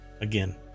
Again